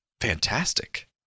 Fantastic